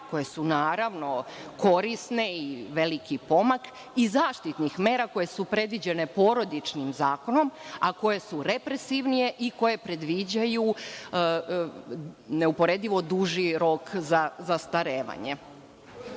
koje su naravno korisne i veliki pomak i zaštitnih mera koje su predviđene Porodičnim zakonom, a koje su represivnije i koje predviđaju neuporedivo duži rok za zastarevanje.Međutim,